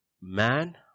man